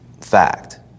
fact